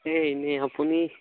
এই এনে আপুনি